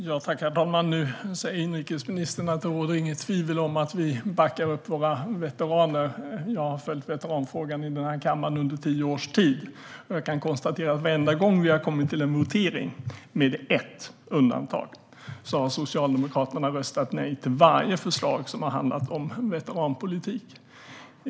Herr talman! Nu säger inrikesministern att det inte råder något tvivel om att vi backar upp våra veteraner. Jag har följt veteranfrågan i den här kammaren under tio års tid. Jag kan konstatera att varenda gång vi har kommit till votering - med ett undantag - har Socialdemokraterna röstat nej till alla förslag om veteranpolitik.